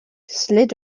slid